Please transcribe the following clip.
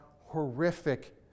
horrific